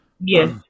Yes